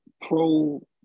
pro